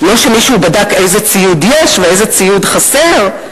לא שמישהו בדק איזה ציוד יש ואיזה ציוד חסר.